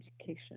education